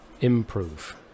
Improve